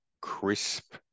crisp